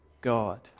God